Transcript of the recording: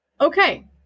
Okay